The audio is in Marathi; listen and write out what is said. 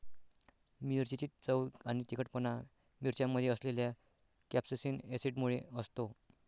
मिरचीची चव आणि तिखटपणा मिरच्यांमध्ये असलेल्या कॅप्सेसिन ऍसिडमुळे असतो